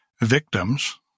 victims